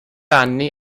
anni